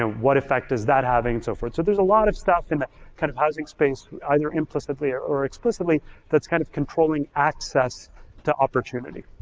ah what effect is that having and so forth? so there's a lot of stuff in the kind of housing space either implicitly or or explicitly that's kind of controlling access to opportunity.